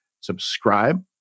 Subscribe